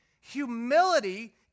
humility